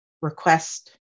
request